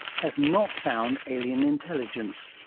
has not found alien intelligence.